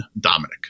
Dominic